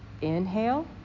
Inhale